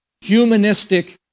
humanistic